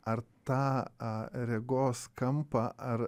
ar tą regos kampą ar